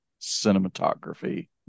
cinematography